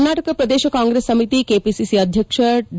ಕರ್ನಾಟಕ ಪ್ರದೇಶ ಕಾಂಗ್ರೆಸ್ ಸಮಿತಿ ಕೆಪಿಸಿಸಿ ಅಧ್ಯಕ್ಷ ಡಿ